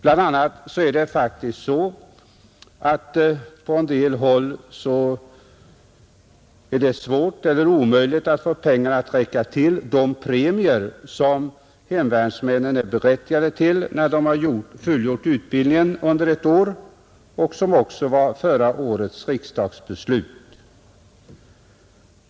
På en del platser är det faktiskt svårt, om inte omöjligt, att få pengarna att räcka till de premier som hemvärnsmännen är berättigade till när de har fullgjort utbildningen under ett år och som även var förra årets riksdagsbeslut.